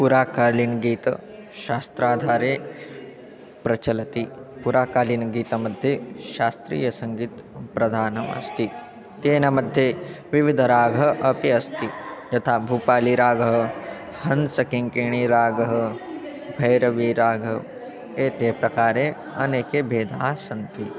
पुराकालीनगीतशास्त्राधारे प्रचलति पुराकालीनगीतमध्ये शास्त्रीयसङ्गीतं प्रधानम् अस्ति तेन मध्ये विविधरागाः अपि अस्ति यथा भूपालीरागः हंसकिङ्किणीरागः भैरवीरागः एते प्रकारे अनेके भेदाः सन्ति